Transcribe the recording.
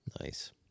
Nice